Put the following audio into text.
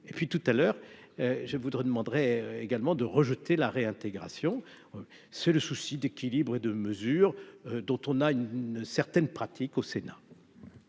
et puis tout à l'heure, je voudrais demanderait également de rejeter la réintégration, c'est le souci d'équilibre et de mesures dont on a une certaine pratique au Sénat.